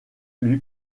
lui